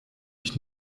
nicht